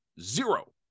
zero